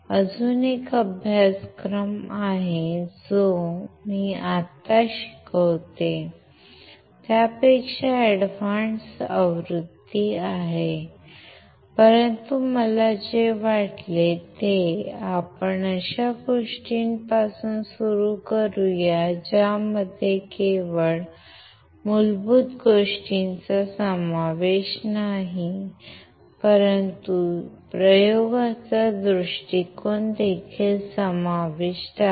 अजून एक अभ्यासक्रम आहे जो मी आत्ता शिकवतो त्यापेक्षा एडव्हान्स आवृत्ती आहे परंतु मला जे वाटले ते आपण अशा गोष्टीपासून सुरू करूया ज्यामध्ये केवळ मूलभूत गोष्टींचा समावेश नाही परंतु प्रयोगाचा दृष्टिकोन देखील समाविष्ट आहे